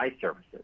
services